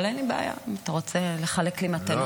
אבל אין לי בעיה, אם אתה רוצה לחלק לי מתנות.